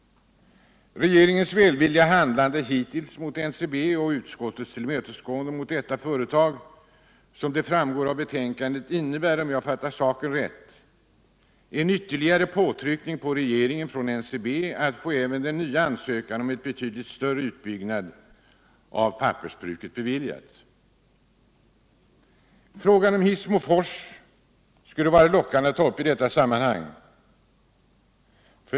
Regeringen har hittills handlat mycket välvilligt mot NCB. Utskottets tillmötesgående mot företaget, såsom det framgår av betänkandet, innebär — om jag fattar saken rätt — en ytterligare påtryckning på regeringen att bevilja NCB även den nya ansökningen om en betydligt större utbyggnad av pappersbruket. Frågan om Hissmofors skulle det vara lockande att ta upp i detta sammanhang.